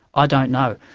ah don't know.